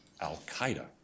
Al-Qaeda